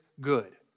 good